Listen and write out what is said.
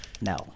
No